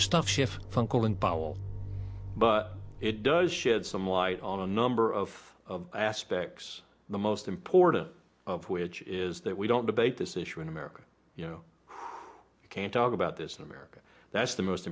stuff shift from colin powell but it does shed some light on a number of aspects the most important of which is that we don't debate this issue in america you know who can talk about this in america that's the most